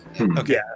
Okay